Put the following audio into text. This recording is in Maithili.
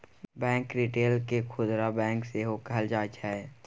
बैंक रिटेल केँ खुदरा बैंक सेहो कहल जाइ छै